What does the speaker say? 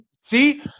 see